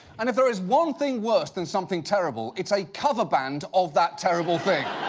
and if there is one thing worse than something terrible, it's a cover band of that terrible thing.